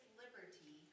liberty